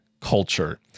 culture